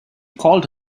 called